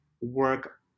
work